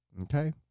Okay